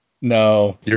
no